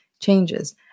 changes